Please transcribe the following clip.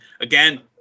again